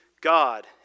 God